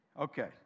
Okay